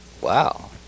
Wow